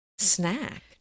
Snack